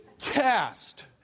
cast